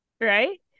Right